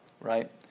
right